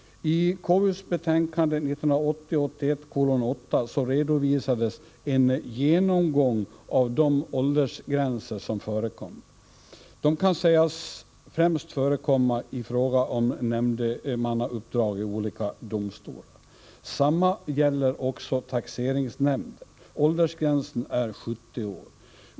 I KU:s betänkande 1980/81:8 redovisades en genomgång av de åldersgränser som förekommer. De kan sägas främst förekomma i fråga om nämndemannauppdrag i olika domstolar. Samma gäller också taxeringsnämnder. Åldersgränsen är 70 år.